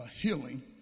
healing